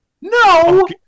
No